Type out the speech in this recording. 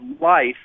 life